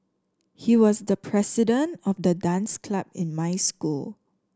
he was the president of the dance club in my school